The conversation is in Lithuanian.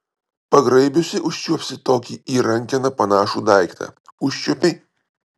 pagraibiusi užčiuopsi tokį į rankeną panašų daiktą užčiuopei